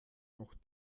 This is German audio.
noch